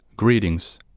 Greetings